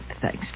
Thanks